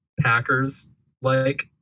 Packers-like